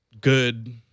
good